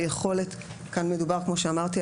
כמו שאמרתי,